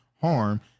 harm